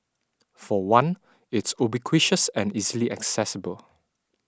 for one it's ubiquitous and easily accessible